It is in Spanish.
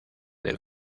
del